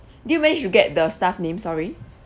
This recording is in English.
did you manage to get the staff name sorry